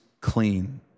clean